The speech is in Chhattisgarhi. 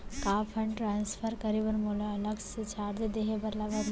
का फण्ड ट्रांसफर करे बर मोला अलग से चार्ज देहे बर परही?